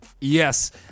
Yes